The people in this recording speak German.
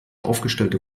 aufgestellte